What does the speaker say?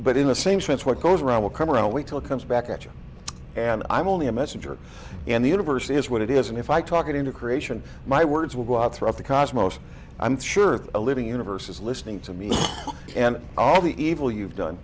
but in the same sense what goes around will come around wait till it comes back at you and i'm only a messenger and the universe is what it is and if i talk it into creation my words will go out throughout the car as most i'm sure a living universe is listening to me and all the evil you've done